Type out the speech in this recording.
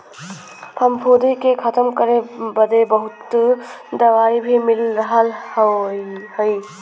फफूंदी के खतम करे बदे बहुत दवाई भी मिल रहल हई